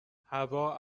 هوا